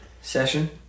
session